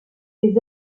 ses